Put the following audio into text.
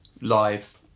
live